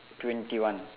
twenty one